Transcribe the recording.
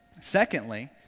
Secondly